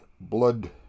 blood